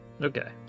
Okay